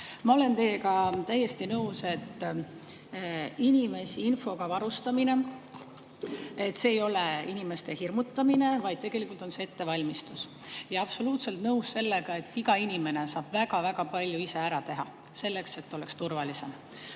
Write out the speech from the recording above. Ma olen teiega täiesti nõus, et inimeste infoga varustamine ei ole inimeste hirmutamine, vaid tegelikult on see ettevalmistus. Ja olen absoluutselt nõus sellega, et iga inimene saab väga-väga palju ise ära teha selleks, et oleks turvalisem.